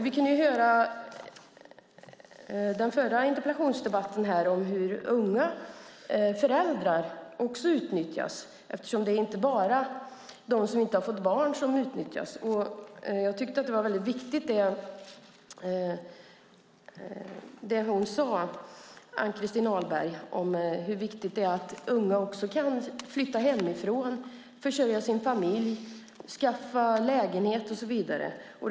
Vi kunde i den förra interpellationsdebatten höra om hur unga föräldrar också utnyttjas. Det är nämligen inte bara de som inte har fått barn som utnyttjas. Jag tyckte att det Ann-Christin Ahlberg sade om hur viktigt det är att unga också kan flytta hemifrån, försörja sin familj, skaffa lägenhet och så vidare var väldigt viktigt.